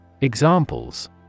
Examples